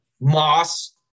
Moss